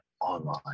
online